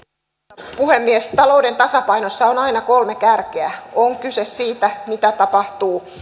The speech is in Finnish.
arvoisa puhemies talouden tasapainossa on aina kolme kärkeä on kyse siitä mitä tapahtuu